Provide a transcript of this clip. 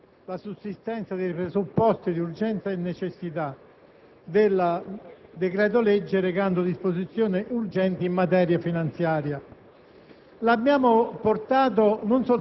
sulla sussistenza dei presupposti di urgenza e necessità del decreto‑legge recante disposizione urgenti in maniera finanziaria.